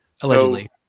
Allegedly